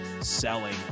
selling